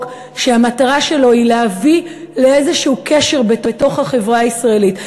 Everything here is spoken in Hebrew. שהמטרה שלו היא להביא לאיזשהו קשר בתוך החברה הישראלית,